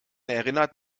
erinnert